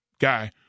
guy